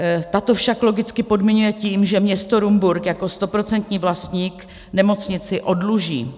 Ta to však logicky podmiňuje tím, že město Rumburk jako stoprocentní vlastník nemocnici oddluží.